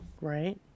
right